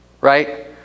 Right